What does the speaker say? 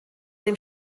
dem